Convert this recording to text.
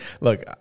look